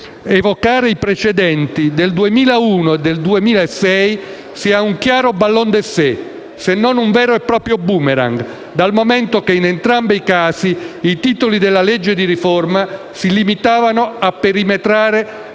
evocare i precedenti del 2001 e del 2006 sia un chiaro *ballon d'essai*, se non un vero e proprio *boomerang*, dal momento che in entrambi i casi i titoli delle leggi di riforma si limitavano a perimetrare